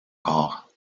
corps